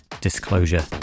disclosure